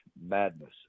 madness